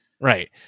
Right